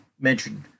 mentioned